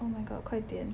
oh my god 快点